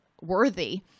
worthy